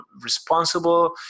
responsible